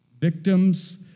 Victims